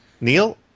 Neil